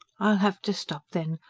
have to stop then,